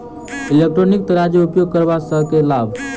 Electronic तराजू उपयोग करबा सऽ केँ लाभ?